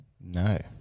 No